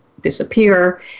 disappear